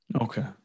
Okay